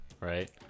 right